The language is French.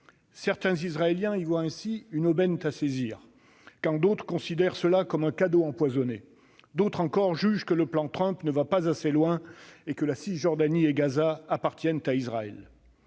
Certains Israéliens voient ainsi dans cette perspective une aubaine à saisir, quand d'autres la considèrent comme un cadeau empoisonné. D'autres encore jugent que le plan Trump ne va pas assez loin et que la Cisjordanie et Gaza appartiennent à Israël.